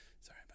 Sorry